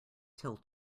till